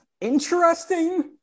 interesting